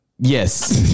Yes